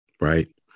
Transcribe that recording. Right